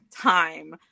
time